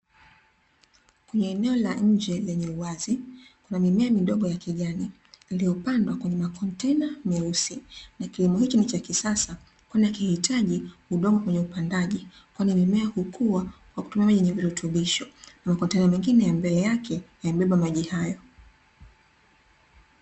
Kwenye eneo la nje lenye uwazi, kuna mimea midogo ya kijani, iliyopandwa kwenye makontena meusi. Na kilimo hicho ni cha kisasa kwani hakihitaji udongo kwenye upandaji, kwani mimea hukua kwa kutumia maji yenye virutubisho. Na makontena mengine ya mbele yake, yamebeba maji hayo.